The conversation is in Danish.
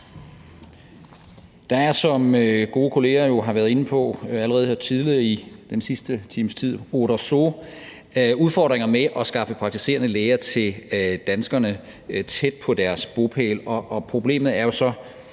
Der er, som gode kolleger jo allerede har været inde på i den sidste times tid oder so, udfordringer med at skaffe praktiserende læger til danskerne tæt på deres bopæl. Problemet er jo så